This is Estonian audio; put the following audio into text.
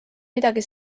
midagi